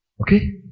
Okay